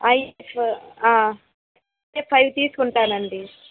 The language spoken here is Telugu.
అవి సో ఓకే ఫైవ్ తీసుకుంటాను అండి